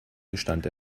gestand